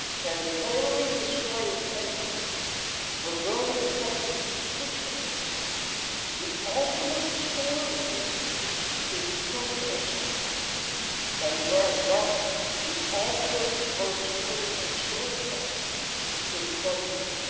and tailoring the story of sentinel for their respective constituencies the ultimate story here is sentinel's story and thus thus the ultimate most critical storyteller is sentinel.